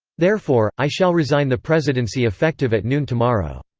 therefore, i shall resign the presidency effective at noon tomorrow.